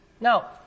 Now